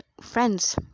friends